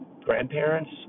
grandparents